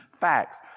facts